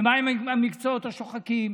ומה עם המקצועות השוחקים?